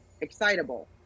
excitable